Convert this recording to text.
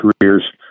careers